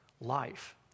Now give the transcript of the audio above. life